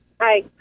Hi